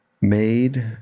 made